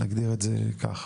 נגדיר את זה כך.